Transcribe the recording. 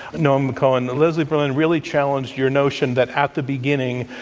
noam cohen, leslie berlin really challenged your notion that, at the beginning,